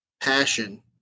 passion